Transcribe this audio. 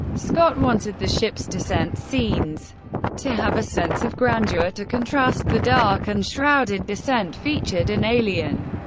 scott wanted the ship's descent scenes to have a sense of grandeur to contrast the dark and shrouded descent featured in alien.